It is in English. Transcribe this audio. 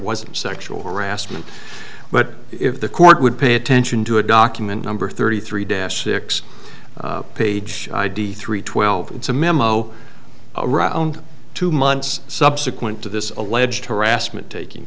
wasn't sexual harassment but if the court would pay attention to a document number thirty three dash six page id three twelve it's a memo around two months subsequent to this alleged harassment taking